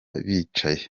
bicaye